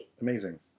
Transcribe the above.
Amazing